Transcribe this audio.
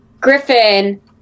griffin